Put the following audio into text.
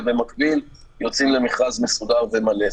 ובמקביל, יוצאים למכרז מסודר ומלא.